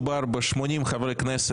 אפשר לפרוטוקול?